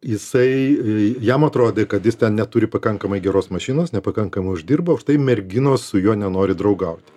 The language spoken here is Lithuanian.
jisai jam atrodė kad jis ten neturi pakankamai geros mašinos nepakankamai uždirba užtai merginos su juo nenori draugauti